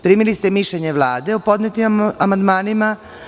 Primili ste mišljenje Vlade o podnetim amandmanima.